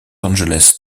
angeles